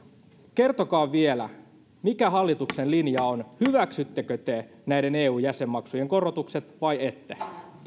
kertokaa vielä mikä hallituksen linja on hyväksyttekö te eun jäsenmaksujen korotukset vai ette